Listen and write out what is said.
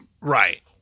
right